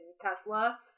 Tesla